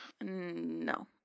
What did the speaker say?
No